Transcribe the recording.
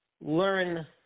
learn